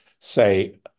say